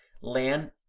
land